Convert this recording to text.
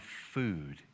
food